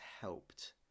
helped